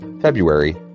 February